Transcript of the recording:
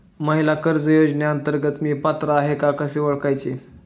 महिला कर्ज योजनेअंतर्गत मी पात्र आहे का कसे ओळखायचे?